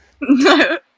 No